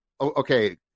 Okay